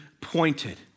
pointed